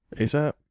ASAP